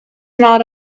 not